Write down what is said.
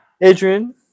Adrian